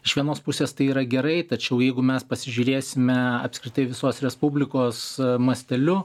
iš vienos pusės tai yra gerai tačiau jeigu mes pasižiūrėsime apskritai visos respublikos masteliu